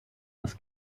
aus